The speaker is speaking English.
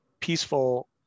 peaceful